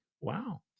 Wow